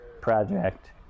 project